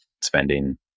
spending